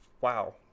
wow